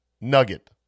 nugget